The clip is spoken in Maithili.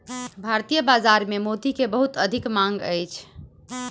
भारतीय बाजार में मोती के बहुत अधिक मांग अछि